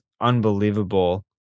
unbelievable